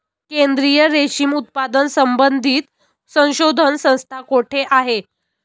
केंद्रीय रेशीम उत्पादन संबंधित संशोधन संस्था कोठे आहे?